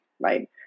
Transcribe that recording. right